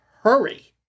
hurry